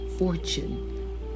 Fortune